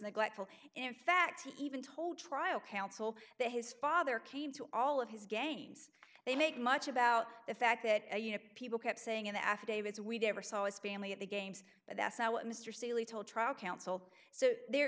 neglectful in fact he even told trial counsel that his father came to all of his games they make much about the fact that you know people kept saying in the affidavits we'd ever saw his family at the games but that's not what mr seely told trial counsel so there